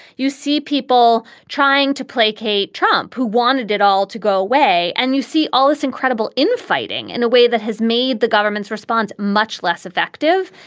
you see people trying to placate trump who wanted it all to go away. and you see all this incredible infighting in a way that has made the government's response much less effective.